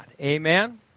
Amen